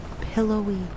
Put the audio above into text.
pillowy